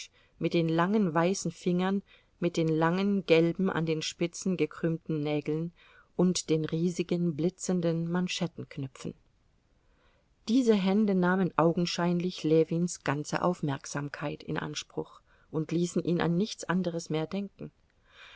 mit den langen weißen fingern mit den langen gelben an den spitzen gekrümmten nägeln und den riesigen blitzenden manschettenknöpfen diese hände nahmen augenscheinlich ljewins ganze aufmerksamkeit in anspruch und ließen ihn an nichts anderes mehr denken